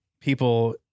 people